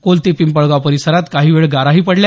कोलते पिंपळगाव परिसरात काही वेळ गाराही पडल्या